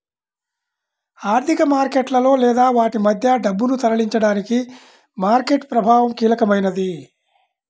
ఆర్థిక మార్కెట్లలో లేదా వాటి మధ్య డబ్బును తరలించడానికి మార్కెట్ ప్రభావం కీలకమైనది